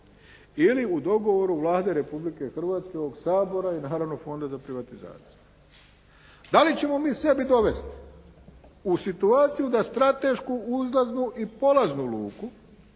ili u dogovoru Vlade Republike Hrvatske ovog Sabora i naravno Fonda za privatizaciju. Da li ćemo mi sebe dovesti u situaciju da stratešku, uzlaznu i polaznu luku